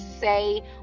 say